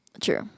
True